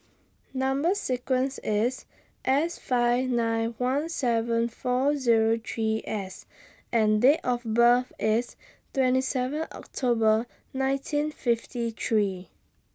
Number sequence IS S five nine one seven four Zero three S and Date of birth IS twenty seven October nineteen fifty three